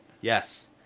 Yes